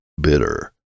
bitter